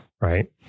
Right